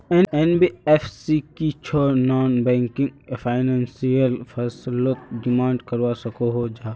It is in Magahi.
एन.बी.एफ.सी की छौ नॉन बैंकिंग फाइनेंशियल फसलोत डिमांड करवा सकोहो जाहा?